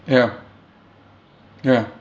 ya ya